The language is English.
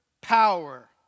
Power